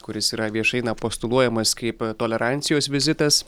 kuris yra viešai na postuluojamas kaip tolerancijos vizitas